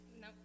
No